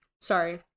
sorry